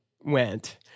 went